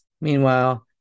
Meanwhile